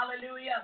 Hallelujah